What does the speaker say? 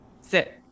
sit